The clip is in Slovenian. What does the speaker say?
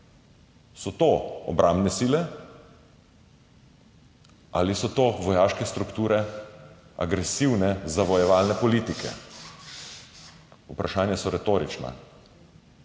so to obrambne sile ali so to vojaške strukture agresivne zavojevalne politike? Vprašanja so retorična.